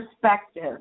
perspective